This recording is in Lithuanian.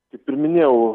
kaip ir minėjau